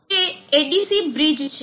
તે ADC bridge છે